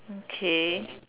okay